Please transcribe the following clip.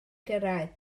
gyrraedd